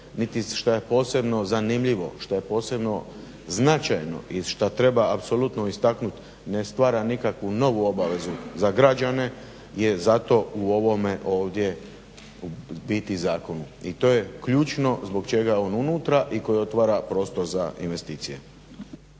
niti što je posebno zanimljivo, što je posebno značajno i što treba apsolutno istaknuti ne stvara nikakvu novu obavezu za građane je zato u ovome ovdje u biti zakonu. I to je ključno zbog čega je ovo unutra i koji otvara prostor za investicije.